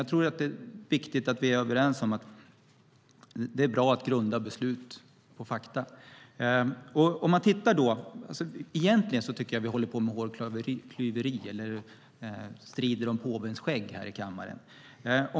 Jag tror att det är viktigt att vi är överens om att det är bra att grunda beslut på fakta. Egentligen tycker jag att vi håller på med hårklyverier eller strider om påvens skägg.